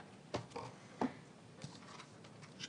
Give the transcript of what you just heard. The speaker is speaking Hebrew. פינדרוס.